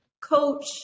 coach